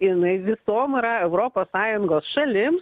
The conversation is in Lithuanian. jinai visom yra europos sąjungos šalim